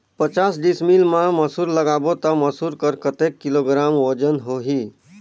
पचास डिसमिल मा मसुर लगाबो ता मसुर कर कतेक किलोग्राम वजन होही?